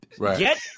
Get